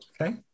Okay